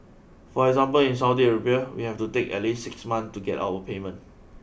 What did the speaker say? for example in Saudi Arabia we have to take at least six months to get our payment